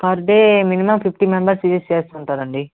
per day minimum fifty members visit చేస్తూ ఉంటారండి